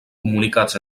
comunicats